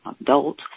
adult